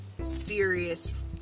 serious